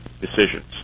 decisions